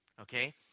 okay